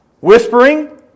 Whispering